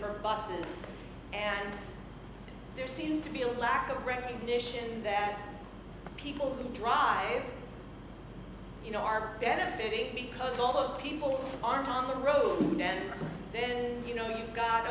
for boston and there seems to be a lack of recognition that people who drive you know are benefiting because all those people are on the road and then you know you've got